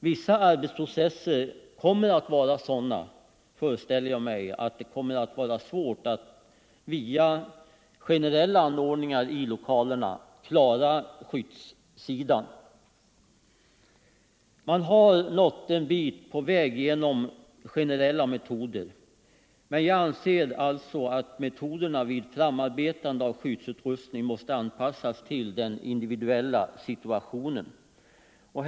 En del arbetsprocesser kommer att vara sådana att jag föreställer mig att det kan vara svårt att klara skyddssidan via generella anordningar i lokalerna. Man har nått en bit på väg genom generella metoder, men jag anser att metoderna vid framarbetande av skyddsutrustning måste anpassas till den individuella situationen.